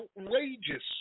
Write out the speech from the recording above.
outrageous